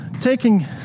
taking